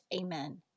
Amen